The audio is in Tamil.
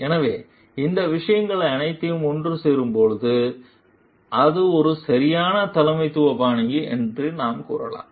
எனவே இந்த விஷயங்கள் அனைத்தும் ஒன்று சேரும்போது அது ஒரு சரியான தலைமைத்துவ பாணி என்று நாம் கூறலாம்